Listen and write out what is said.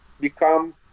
become